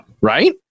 right